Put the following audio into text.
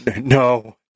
no